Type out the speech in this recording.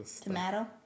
tomato